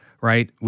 right